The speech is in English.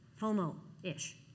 FOMO-ish